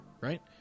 right